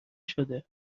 شده